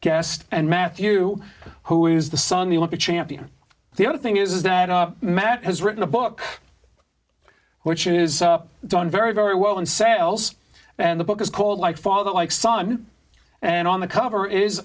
guest and matthew who is the son the olympic champion the other thing is that matt has written a book which is done very very well in sales and the book is called like father like son and on the cover is